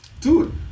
Dude